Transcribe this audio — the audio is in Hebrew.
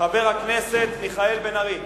חבר הכנסת מיכאל בן-ארי.